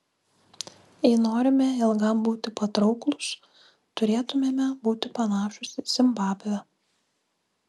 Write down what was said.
jei norime ilgam būti patrauklūs turėtumėme būti panašūs į zimbabvę